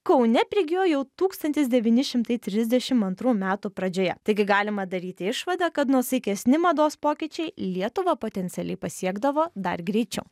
kaune prigijo jau tūkstantis devyni šimtai trisdešimt antrų metų pradžioje taigi galima daryti išvadą kad nuosaikesni mados pokyčiai lietuvą potencialiai pasiekdavo dar greičiau